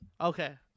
Okay